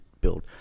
build